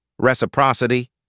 reciprocity